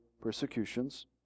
persecutions